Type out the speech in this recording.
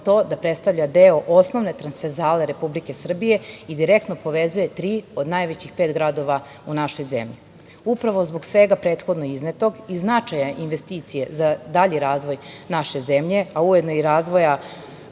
to da predstavlja deo osnovne transverzale Republike Srbije i direktno povezuje tri od najvećih pet gradova u našoj zemlji. Upravo zbog svega prethodno iznetog i značaja investicije za dalji razvoj naše zemlje, a ujedno i razvoja